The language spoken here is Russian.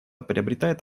приобретает